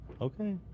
okay